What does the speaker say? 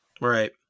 right